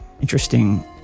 interesting